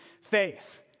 faith